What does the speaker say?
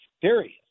serious